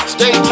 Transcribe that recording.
Stay